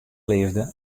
leafde